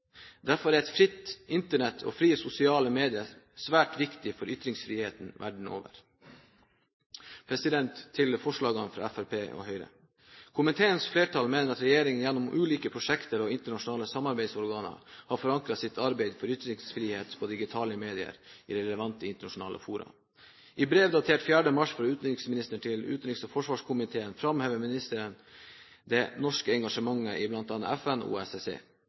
Derfor er et fritt Internett og frie sosiale medier svært viktig for ytringsfriheten verden over. Til forslagene fra Fremskrittspartiet og Høyre: Komiteens flertall mener at regjeringen gjennom ulike prosjekter og internasjonale samarbeidsorganer har forankret sitt arbeid for ytringsfrihet på digitale medier i relevante internasjonale fora. I brev datert 4. mars fra utenriksministeren til utenriks- og forsvarskomiteen framhever ministeren det norske engasjementet i bl.a. FN og